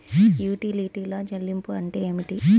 యుటిలిటీల చెల్లింపు అంటే ఏమిటి?